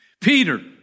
Peter